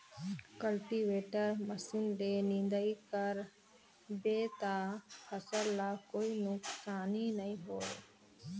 cultivator machine ले निंदई कर बे त फसल ल कोई नुकसानी नई होये